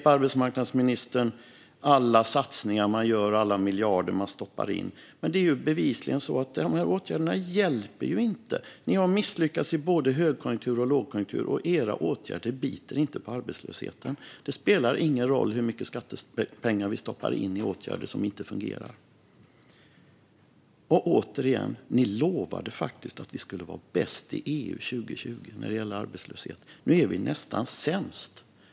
Arbetsmarknadsministern upprepar alla satsningar man gör och alla miljarder man stoppar in, men bevisligen hjälper de inte. Ni har misslyckats i både högkonjunktur och lågkonjunktur. Era åtgärder biter inte på arbetslösheten. Det spelar ingen roll hur mycket skattepengar vi stoppar in i åtgärder som inte fungerar. Återigen: Ni lovade faktiskt att vi skulle vara bäst i EU 2020 när det gäller arbetslöshet. Nu är vi nästan sämst.